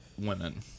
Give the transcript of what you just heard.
women